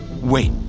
wait